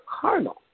carnal